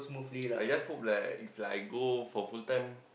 I just hope like if like I go for full time